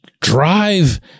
drive